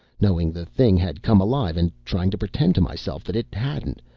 knowing the thing had come alive and trying to pretend to myself that it hadn't.